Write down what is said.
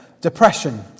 depression